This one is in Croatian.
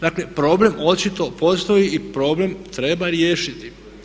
Dakle, problem očito postoji i problem treba riješiti.